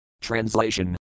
Translation